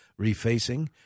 refacing